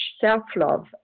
self-love